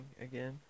again